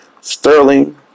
Sterling